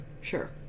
Sure